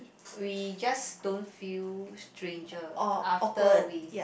we just don't feel stranger after we